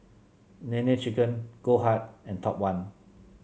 Nene Chicken Goldheart and Top One